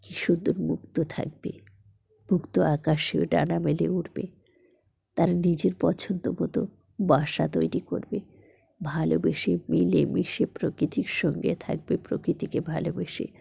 কি সুন্দর মুক্ত থাকবে মুক্ত আকাশেও ডানা মেলে উড়বে তারা নিজের পছন্দ মতো বাসা তৈরি করবে ভালোবেসে মিলেমিশে প্রকৃতির সঙ্গে থাকবে প্রকৃতিকে ভালোবেসে